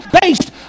based